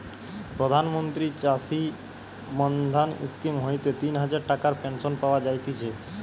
প্রধান মন্ত্রী চাষী মান্ধান স্কিম হইতে তিন হাজার টাকার পেনশন পাওয়া যায়তিছে